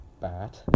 bad